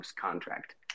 contract